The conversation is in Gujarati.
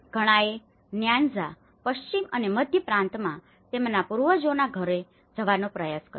ઘણાએ ન્યાન્ઝા પશ્ચિમ અને મધ્ય પ્રાંતમાં તેમના પૂર્વજોના ઘરે જવાનો પ્રયાસ કર્યો